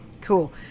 Cool